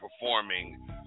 performing